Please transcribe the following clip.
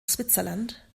switzerland